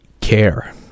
care